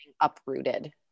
uprooted